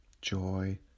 joy